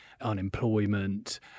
unemployment